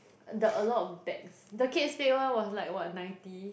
the a lot of bags the Kate Spade one was like what ninety